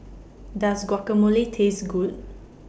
Does Guacamole Taste Good